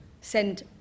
send